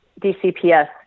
DCPS